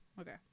Okay